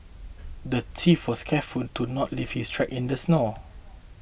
the thief was careful to not leave his tracks in the snow